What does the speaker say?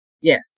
Yes